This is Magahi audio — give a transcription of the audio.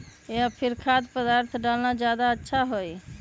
या फिर खाद्य पदार्थ डालना ज्यादा अच्छा होई?